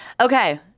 Okay